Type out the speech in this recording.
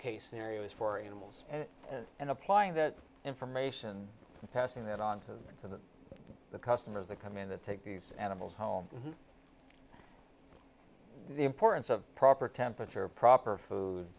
case scenario is for animals and and applying that information and passing that on to the customer the come in and take these animals home the importance of proper temperature proper food